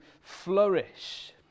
flourish